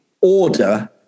order